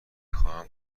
خواهم